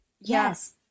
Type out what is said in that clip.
Yes